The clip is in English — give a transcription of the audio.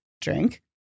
drink